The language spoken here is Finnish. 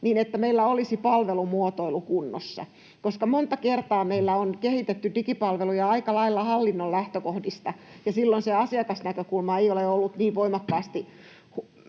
niin että meillä olisi palvelumuotoilu kunnossa, koska monta kertaa meillä on kehitetty digipalveluja aikalailla hallinnon lähtökohdista, ja silloin se asiakasnäkökulma ei ole ollut niin voimakkaasti